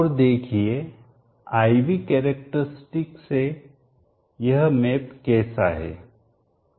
और देखिए I V characteristic से यह मैप कैसा है जिसे हम अध्ययन करेंगे